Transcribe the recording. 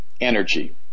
energy